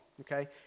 Okay